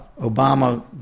Obama